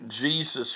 Jesus